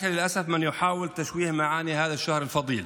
אולם הצום הוא גם בהימנעות ממעשים רעים ובתרגול הנפש לסבלנות,